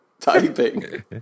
typing